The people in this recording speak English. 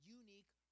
unique